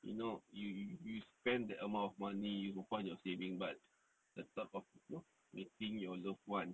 you know you you spend that amount of money you will find your saving but the thought of you know meeting your loved one